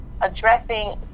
addressing